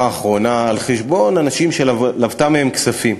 האחרונה על חשבון אנשים שהיא לוותה מהם כספים.